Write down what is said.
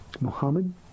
Muhammad